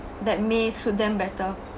that may suit them better